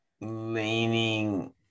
leaning